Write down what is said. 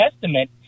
Testament